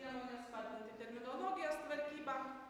priemones spatrinti terminologijos tvarkybą